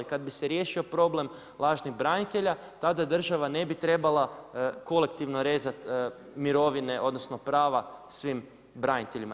Kad bi se riješio problem lažnih branitelja, tada država ne bi trebala kolektivno rezati mirovine, odnosno, prava svim branitelja.